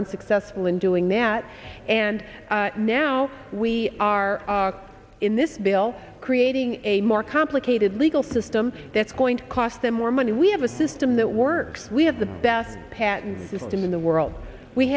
unsuccessful in doing that and now we are in this bill creating a more complicated legal system that's going to cost them more money we have a system that works we have the best patent system in the world we